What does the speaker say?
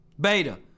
Beta